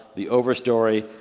the overstory,